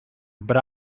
but